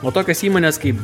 o tokios įmonės kaip